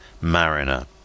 Mariner